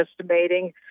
estimating